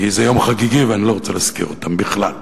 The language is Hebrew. כי זה יום חגיגי, ואני לא רוצה להזכיר אותן בכלל.